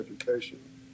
education